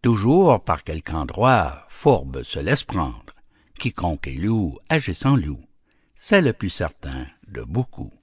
toujours par quelque endroit fourbes se laissent prendre quiconque est loup agisse en loup c'est le plus certain de beaucoup